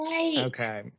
Okay